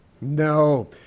No